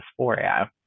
dysphoria